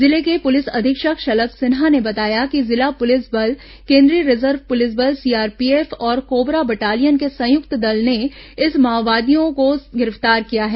जिले के पुलिस अधीक्षक शलभ सिन्हा ने बताया कि जिला पुलिस बल केन्द्रीय रिजर्व पुलिस बल सीआरपीएफ और कोबरा बटालियन के संयुक्त दल ने इन माओवादियों को गिरफ्तार किया है